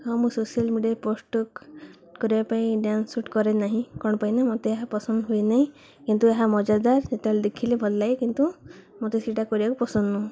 ହଁ ମୁଁ social media post କରିବା ପାଇଁ ଡ଼୍ୟାନ୍ସ ସୁଟ୍ କରେ ନାହିଁ କ'ଣ ପାଇଁ ନା ମୋତେ ଏହା ପସନ୍ଦ ହୁଏନେଇଁ କିନ୍ତୁ ଏହା ମଜାଦାର ଯେତେବେଳେ ଦେଖିଲେ ଭଲ ଲାଗେ କିନ୍ତୁ ମୋତେ ସେଇଟା କରିବାକୁ ପସନ୍ଦ ନୁହଁ